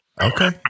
Okay